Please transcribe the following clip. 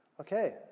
Okay